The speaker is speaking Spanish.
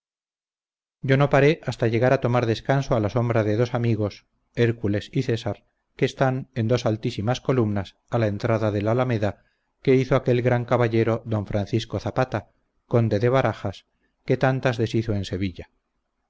yo no paré hasta llegar a tomar descanso a la sombra de dos amigos hércules y césar que están en dos altísimas columnas a la entrada del alameda que hizo aquel gran caballero d francisco zapata conde de barajas que tantas deshizo en sevilla